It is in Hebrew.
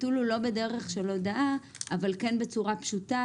הביטול הוא לא בדרך של הודעה אבל כן בצורה פשוטה.